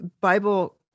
bible